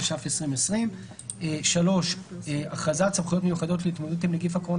התש״ף-.2020 3. הכרזת סמכויות מיוחדות להתמודדות עם נגיף הקורונה